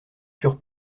sur